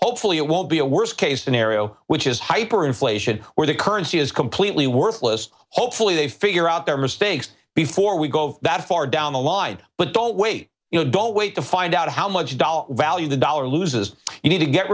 hopefully it won't be a worst case scenario which is hyper inflation where the currency is completely worthless hopefully they figure out their mistakes before we go that far down the line but don't wait you know don't wait to find out how much dollar value the dollar loses you need to get